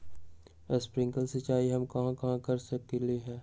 Sprinkle सिंचाई हम कहाँ कहाँ कर सकली ह?